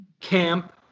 Camp